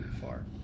far